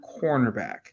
cornerback